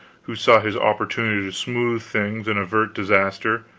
who saw his opportunity to smooth things and avert disaster,